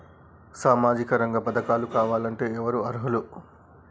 సామాజిక రంగ పథకాలు కావాలంటే ఎవరు అర్హులు?